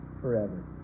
forever